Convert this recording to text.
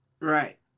Right